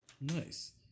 nice